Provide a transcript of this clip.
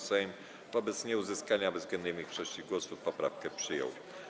Sejm wobec nieuzyskania bezwzględnej większości głosów poprawkę przyjął.